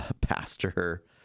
pastor